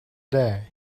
day